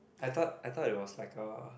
I thought I thought it was like a